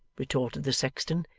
retorted the sexton.